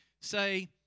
say